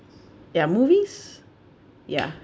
ya movies ya